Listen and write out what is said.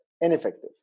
ineffective